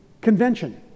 convention